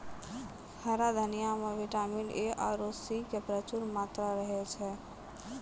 हरा धनिया मॅ विटामिन ए आरो सी के प्रचूर मात्रा रहै छै